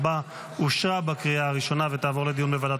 אושרה בקריאה הראשונה ותועבר לדיון בוועדת